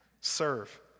serve